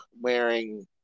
wearing